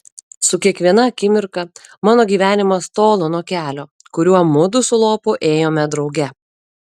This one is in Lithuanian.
su kiekviena akimirka mano gyvenimas tolo nuo kelio kuriuo mudu su lopu ėjome drauge